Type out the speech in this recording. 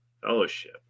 Fellowship